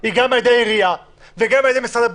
היא גם על ידי העירייה וגם על ידי משרד הבריאות.